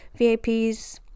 VIPs